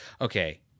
Okay